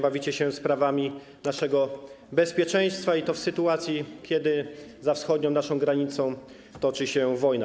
Bawicie się sprawami naszego bezpieczeństwa i to w sytuacji, kiedy za naszą wschodnią granicą toczy się wojna.